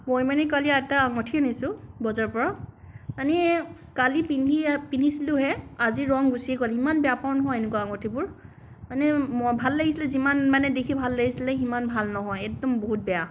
মই মানে কালি এটা আঙঠি আনিছোঁ বজাৰৰ পৰা আনি কালি পিন্ধি পিন্ধিছিলোঁহে আজি ৰং গুচি গ'ল ইমান বেয়া পাওঁ নহয় এনেকুৱা আঙঠিবোৰ মানে ভাল লাগিছিলে যিমান মানে দেখি ভাল লাগিছিলে সিমান ভাল নহয় এদম বহুত বেয়া